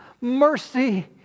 mercy